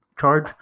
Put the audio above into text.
charge